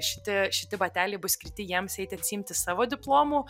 šiti šiti bateliai bus skirti jiems eiti atsiimti savo diplomų